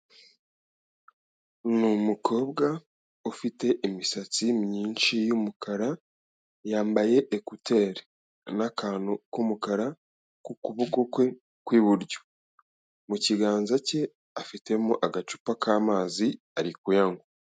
Ni umukobwa ufite imisatsi myinshi y'umukara, yambaye ekuteri n'akantu k'umukara, ku kuboko kwe kw'iburyo. Mu kiganza cye, afitemo agacupa k'amazi, ari kuyanywa.